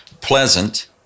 pleasant